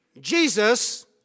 Jesus